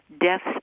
deaths